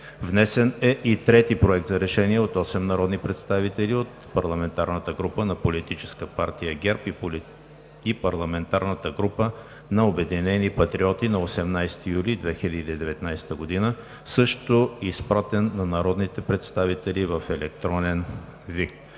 Внесен е и трети проект за решение от 8 народни представители от парламентарната група на Политическа партия ГЕРБ и парламентарната група на „Обединени патриоти“ на 18 юли 2019 г., също изпратен на народните представители в електронен вид.